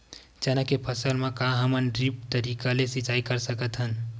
चना के फसल म का हमन ड्रिप तरीका ले सिचाई कर सकत हन?